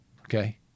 okay